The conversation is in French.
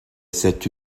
cette